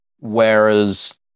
Whereas